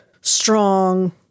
strong